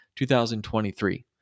2023